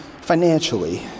financially